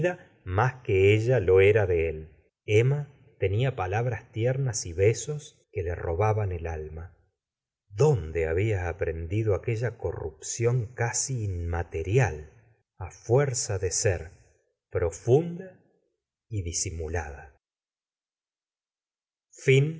más que ella lo era de él emma tenia palabras tiernas y besos que le robaban el alma dónde babia aprendido aquella corrupción casi inmaterial á fuerza de ser profunda y disimulada